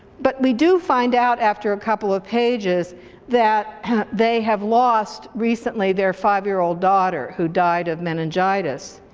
but we do find out after a couple of pages that they have lost recently their five year old daughter, who died of meningitis.